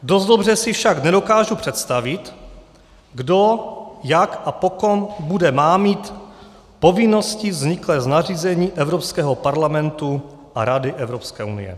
Dost dobře si však nedokážu představit, kdo, jak a po kom bude mámit povinnosti vzniklé z nařízení Evropského parlamentu a Rady Evropské unie.